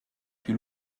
più